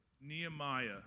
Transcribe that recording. Nehemiah